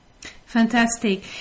Fantastic